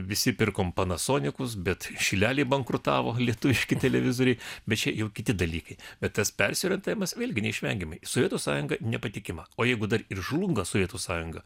visi pirkom panasonikus bet šileliai bankrutavo lietuviški televizoriai bet čia jau kiti dalykai bet tas persiorientavimas vėlgi neišvengiamai sovietų sąjunga nepatikima o jeigu dar ir žlunga sovietų sąjunga